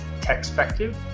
Techspective